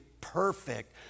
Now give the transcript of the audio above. perfect